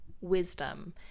wisdom